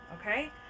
Okay